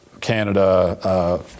Canada